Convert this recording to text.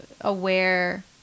aware